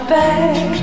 back